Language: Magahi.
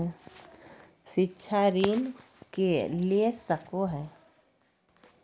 शिक्षा ऋण के ले सको है?